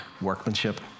workmanship